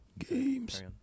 Games